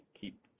keep